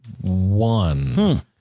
one